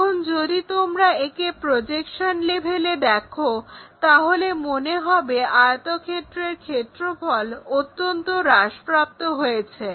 এখন যদি তোমরা একে প্রজেকশন লেভেলে দেখো তাহলে মনে হবে আয়তক্ষেত্রের ক্ষেত্রফল অত্যন্ত হ্রাসপ্রাপ্ত হয়েছে